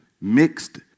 mixed